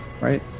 right